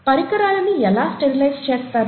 పరికరాలని ఎలా స్టెరిలైజ్ చేస్తారు